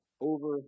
over